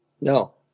No